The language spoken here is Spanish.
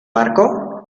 barco